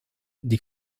die